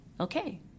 okay